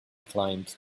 climbed